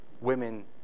women